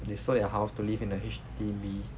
they sold their house to live in a H_D_B